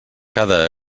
cada